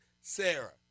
Sarah